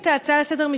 להצעה לסדר-היום